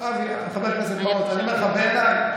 חבר הכנסת אבי מעוז, אני אומר לך, בעיניי,